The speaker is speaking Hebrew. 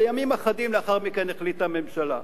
וימים אחדים לאחר מכן החליטה הממשלה.